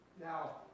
Now